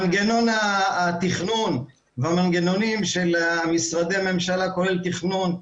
מנגנון התכנון והמנגנונים של משרדי הממשלה כולל תכנון,